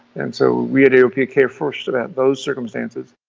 and so, we at aopa care first about those circumstances.